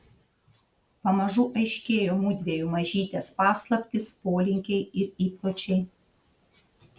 pamažu aiškėjo mudviejų mažytės paslaptys polinkiai ir įpročiai